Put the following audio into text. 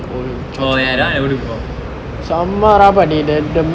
oh ya that one I got do before